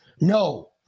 No